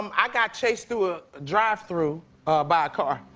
um i got chased through a drive-through by a car.